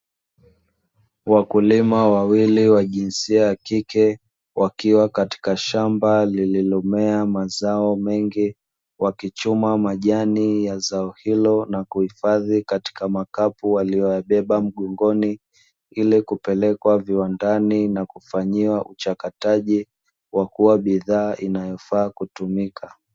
Wakulima wawili wa jinsia ya kike wakiwa katika shamba lililomea mazao mengi, wakichuma majani ya zao hilo na kuhifadhi katika makapu waliyoyabeba mgongoni ili kupelekwa viwandani na kufanyiwa uchakataji wa kuwa bidhaa inayofaa kutumika.